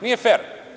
Nije fer.